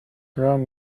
rome